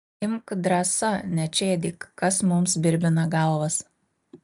imk drąsa nečėdyk kas mums birbina galvas